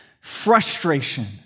Frustration